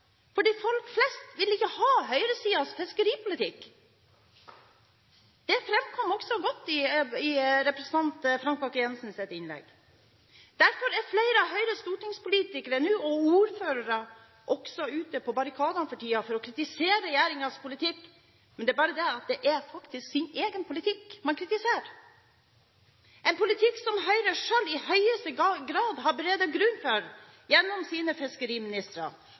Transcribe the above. folk flest vil ikke ha høyresidens fiskeripolitikk. Det fremkom også godt i representanten Frank Bakke-Jensens innlegg. Derfor er flere av Høyres stortingspolitikere – og ordførere – ute på barrikadene for tiden for å kritisere regjeringens politikk. Det er bare det at det er faktisk sin egen politikk man kritiserer – en politikk som Høyre selv i høyeste grad har beredt grunnen for gjennom sine fiskeriministre,